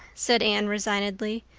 said anne resignedly.